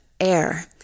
air